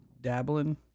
dabbling